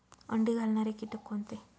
अंडी घालणारे किटक कोणते?